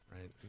right